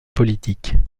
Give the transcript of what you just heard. politique